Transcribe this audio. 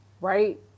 right